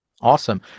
Awesome